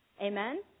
Amen